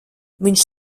viņš